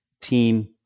team